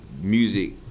music